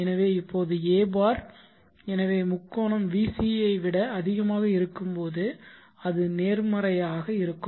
எனவே இப்போது a bar எனவே முக்கோணம் vc ஐ விட அதிகமாக இருக்கும்போது அது நேர்மறையாக இருக்கும்